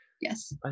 Yes